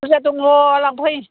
बुरजा दङ लांफै